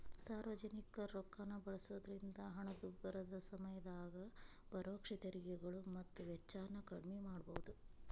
ಸಾರ್ವಜನಿಕರ ರೊಕ್ಕಾನ ಬಳಸೋದ್ರಿಂದ ಹಣದುಬ್ಬರದ ಸಮಯದಾಗ ಪರೋಕ್ಷ ತೆರಿಗೆಗಳು ಮತ್ತ ವೆಚ್ಚನ ಕಡ್ಮಿ ಮಾಡಬೋದು